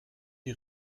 die